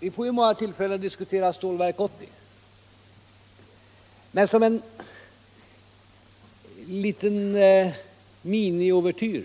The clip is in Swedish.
Vi får ju många tillfällen att diskutera Stålverk 80, men som en miniuvertyr